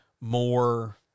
more